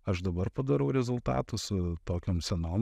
aš dabar padarau rezultatus su tokiom senom